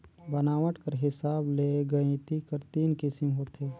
बनावट कर हिसाब ले गइती कर तीन किसिम होथे